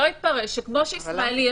יתפרש שכמו שישראלי,